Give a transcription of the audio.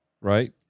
Right